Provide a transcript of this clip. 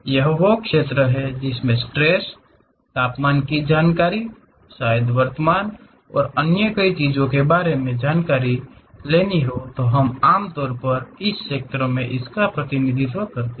यह वो क्षेत्र होंगे जिसमे स्ट्रैस तापमान की जानकारी शायद वर्तमान और कई अन्य चीजों के बारे में जानकारी लेनी हो तो हम आमतौर पर इस क्षेत्र मे इसका प्रतिनिधित्व करते हैं